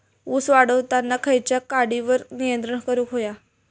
ऊस वाढताना खयच्या किडींवर नियंत्रण करुक व्हया?